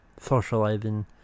socializing